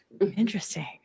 Interesting